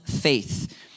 Faith